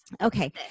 okay